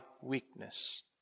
weakness